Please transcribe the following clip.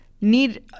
need